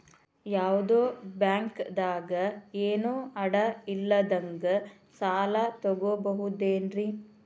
ಯಾವ್ದೋ ಬ್ಯಾಂಕ್ ದಾಗ ಏನು ಅಡ ಇಲ್ಲದಂಗ ಸಾಲ ತಗೋಬಹುದೇನ್ರಿ?